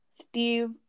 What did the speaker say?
Steve